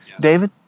David